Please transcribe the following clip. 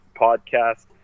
podcast